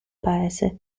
paese